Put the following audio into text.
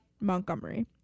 Montgomery